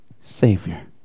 Savior